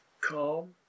calm